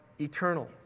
eternal